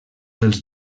dels